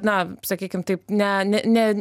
na sakykim taip ne ne ne